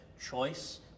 choice